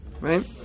right